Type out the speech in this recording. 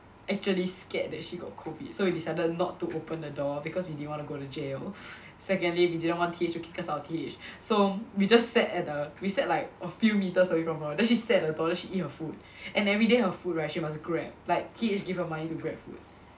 actually scared that she got COVID so we decided not to open the door because we didn't want to go to jail secondly we didn't wanna T_H to kick us out of T_H so we just sat at the we sat like a few metres away from her then she sat at the toilet she eat her food and everyday her food right she must grab like T_H give her money to GrabFood